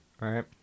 right